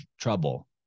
trouble